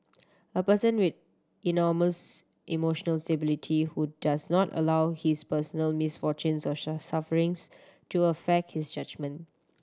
a person with enormous emotional stability who does not allow his personal misfortunes or sufferings to affect his judgement